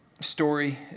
story